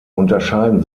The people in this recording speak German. unterscheiden